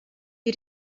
wir